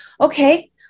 Okay